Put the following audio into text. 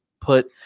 put